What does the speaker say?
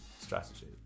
strategy